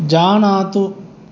जानातु